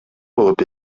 болуп